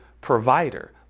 provider